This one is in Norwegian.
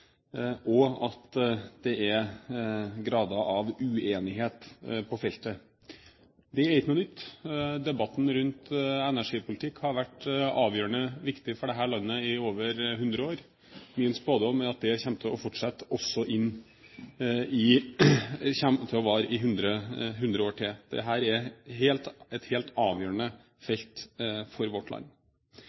andre at det er grader av uenighet på feltet. Det er ikke noe nytt. Debatten rundt energipolitikk har vært avgjørende viktig for dette landet i over 100 år. Min spådom er at det kommer til å vare i 100 år til. Dette er et helt avgjørende felt for vårt land.